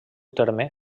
terme